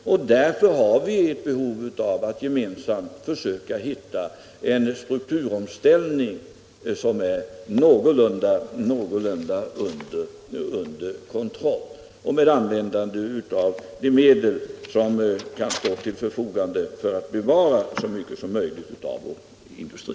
Därför måste vi gemensamt försöka nå fram till en strukturomställning som är någorlunda under kontroll, med användande av de medel som kan stå till förfogande för att bevara så mycket som möjligt av vår industri.